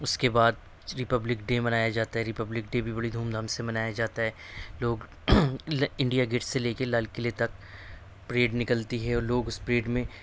اس کے بعد republic day منایا جاتا ہے ریپبلک ڈے بھی بڑی دھوم دھام سے منایا جاتا ہے لوگ انڈیا گیٹ سے لے کے لال قلعے تک پریڈ نکلتی ہے اور لوگ اس پریڈ میں